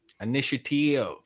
initiative